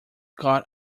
got